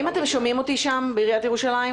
האם אתם שומעים אותי שם, בעיריית ירושלים?